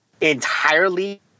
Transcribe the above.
entirely